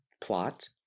plot